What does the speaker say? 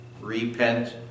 repent